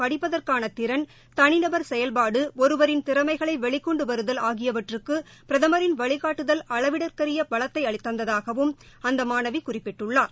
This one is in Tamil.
படிப்பதற்கான திறன் தனிநபர் செயல்பாடு ஒருவரின் திறமைகளை வெளிக்கொண்டு வருதல் ஆகியவற்றுக்கு பிரதமின் வழிகாட்டுதல் அளவிடர்க்கறிய பலத்தை தந்ததாகவும் அந்த மாணவி குறிப்பிட்டுள்ளார்